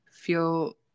feel